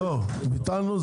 לא ביטלנו,